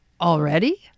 already